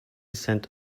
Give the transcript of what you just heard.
cent